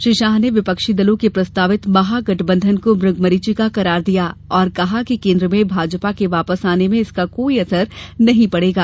श्री शाह ने विपक्षी दलों के प्रस्तावित महागठबंधन को मुगमरिचिका करार दिया और कहा कि केन्द्र में भाजपा के वापस आने में इसका कोई असर नहीं पड़ेगा